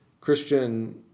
Christian